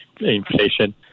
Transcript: inflation